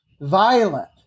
violent